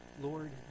Lord